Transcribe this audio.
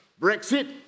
Brexit